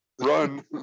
Run